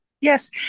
Yes